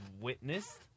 witnessed